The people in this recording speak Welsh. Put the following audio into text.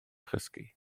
chysgu